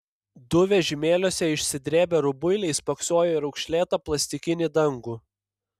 du vežimėliuose išsidrėbę rubuiliai spoksojo į raukšlėtą plastikinį dangų